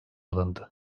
alındı